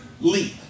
leap